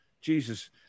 Jesus